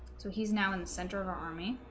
so he's now in the center of our army